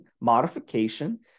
modification